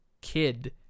kid